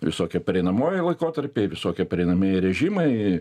visokie pereinamuojie laikotarpiai visokie prereinamieji režimai